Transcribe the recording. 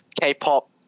k-pop